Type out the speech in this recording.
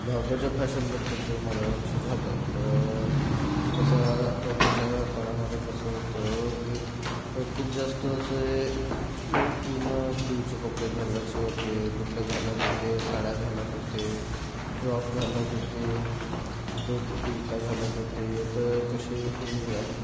भारताच्या फॅशनबद्दल जर म्हणायचं झालं तर तसं पहिलेच्या काळामध्ये कसं होतं की खूप जास्त असे पूर्ण स्लीवचे कपडे घालाचे होते लुगडं घालत होते साड्या घालत होते फ्रॉक घालत होते धोती कुर्ता घालत होते तर कसे हे